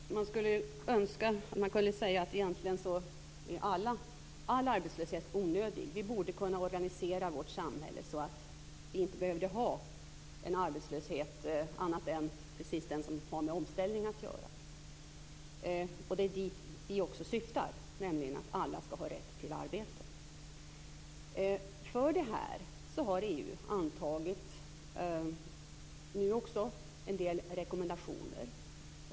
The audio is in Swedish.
Fru talman! Jag skulle önska att man kunde säga att all arbetslöshet är onödig. Vi borde kunna organisera vårt samhälle så att vi inte behövde ha någon annan arbetslöshet än precis den som har med omställning att göra. Det är det som vi strävar efter, nämligen att alla skall ha rätt till ett arbete. För detta har EU nu också antagit en del rekommendationer.